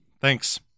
Thanks